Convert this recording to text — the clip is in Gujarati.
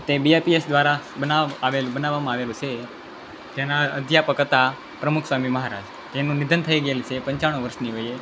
તે બીએપીએસ દ્વારા બનાવવા બનાવવામાં આવેલું છે તેના અધ્યાપક હતા પ્રમુખસ્વામી મહારાજ તેમનું નિધન થઈ ગયેલું છે પંચાણું વર્ષની વયે